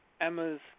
Emma's